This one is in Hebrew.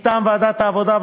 מטעם ועדת העבודה,